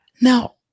now